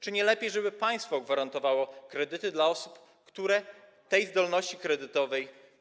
Czy nie lepiej, żeby państwo gwarantowało kredyty dla osób, które nie mają zdolności kredytowej?